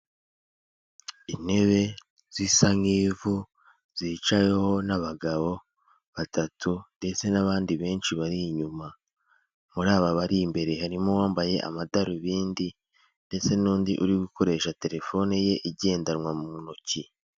Intebe zisa nk'ivu zicaweho n'abagabo batatu ndetse n'abandi benshi bari inyuma, muri aba bari imbere harimo uwambaye amadarubindi ndetse n'undi uri gukoresha telefone ye igendanwa mu ntoki.